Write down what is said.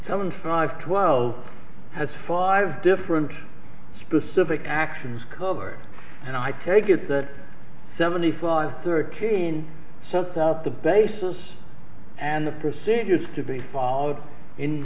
seven five twelve has five different specific actions covered and i take it that seventy five were keen so it's out the basis and the procedures to be followed in